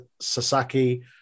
Sasaki